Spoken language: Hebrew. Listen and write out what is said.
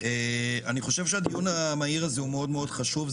אני חושב שהדיון המהיר הזה הוא מאוד חשוב.